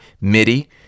MIDI